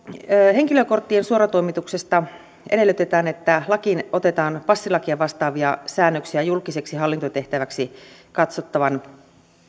henkilökorttien suoratoimituksesta edellytetään että lakiin otetaan passilakia vastaavia säännöksiä julkiseksi hallintotehtäväksi katsottavan